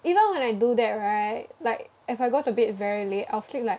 even when I do that right like if I go to bed like very late I'll sleep like